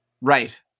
Right